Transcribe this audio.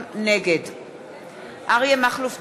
נגד אריה מכלוף דרעי,